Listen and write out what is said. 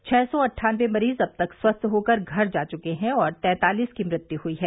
छः सौ अट्ठानबे मरीज अब तक स्वस्थ होकर घर जा चुके हैं और तैंतालीस की मृत्यु हुई है